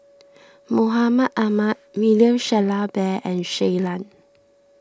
Mahmud Ahmad William Shellabear and Shui Lan